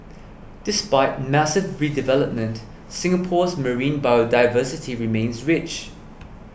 despite massive redevelopment Singapore's marine biodiversity remains rich